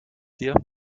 dir